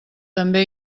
també